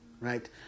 Right